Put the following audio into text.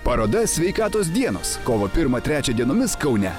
paroda sveikatos dienos kovo pirmą trečią dienomis kaune